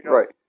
Right